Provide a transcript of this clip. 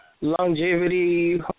Longevity